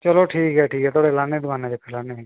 चलो ठीक ऐ ठीक ऐ थुआढ़ी लान्ने आं दकानै उप्पर चक्कर लान्ने आं असीं